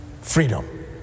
freedom